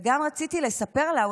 וגם רציתי לספר לה,